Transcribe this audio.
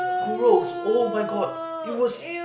gross oh my god it was